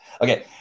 Okay